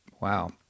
Wow